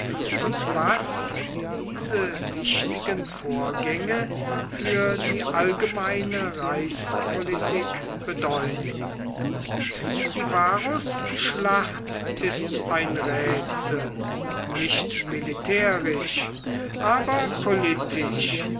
und was diese wichtigen vorgänge für die allgemeine reichspolitik bedeuten die varusschlacht ist ein rätsel nicht militärisch aber politisch